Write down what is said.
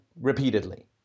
repeatedly